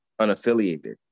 unaffiliated